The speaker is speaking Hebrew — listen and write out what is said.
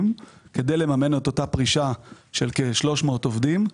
כדי לממן את אותה פרישה של כ-300 עובדים.